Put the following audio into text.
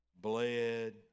bled